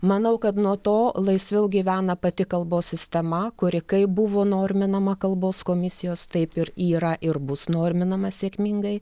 manau kad nuo to laisviau gyvena pati kalbos sistema kuri kaip buvo norminama kalbos komisijos taip ir yra ir bus norminama sėkmingai